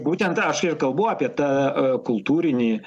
būtent tą aš ir kalbu apie tą kultūrinį